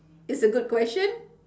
is a good question